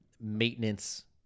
maintenance